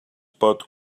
pot